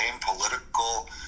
political